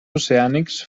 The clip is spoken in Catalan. oceànics